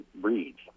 breeds